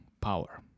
power